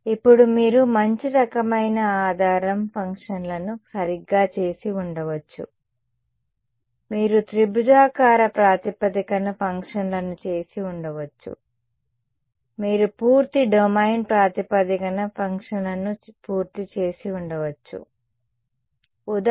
ఇప్పుడు మీరు మంచి రకమైన ఆధారం ఫంక్షన్లను సరిగ్గా చేసి ఉండవచ్చు మీరు త్రిభుజాకార ప్రాతిపదికన ఫంక్షన్లను చేసి ఉండవచ్చు మీరు పూర్తి డొమైన్ ప్రాతిపదికన ఫంక్షన్లను పూర్తి చేసి ఉండవచ్చు ఉదాహరణకు ఫోరియర్ సిరీస్